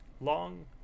long